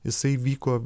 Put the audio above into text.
jisai vyko